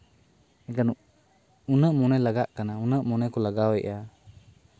ᱮᱱᱠᱷᱟᱱ ᱩᱱᱟᱹᱜ ᱢᱚᱱᱮ ᱞᱟᱜᱟᱜ ᱠᱟᱱᱟ ᱩᱱᱟᱹᱜ ᱢᱚᱱᱮ ᱠᱚ ᱞᱟᱜᱟᱣᱮᱜᱼᱟ